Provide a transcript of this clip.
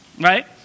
right